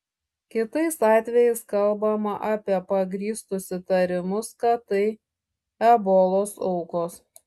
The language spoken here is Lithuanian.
kitais atvejais kalbama apie pagrįstus įtarimus kad tai ebolos aukos